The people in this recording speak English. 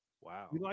Wow